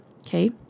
okay